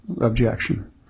objection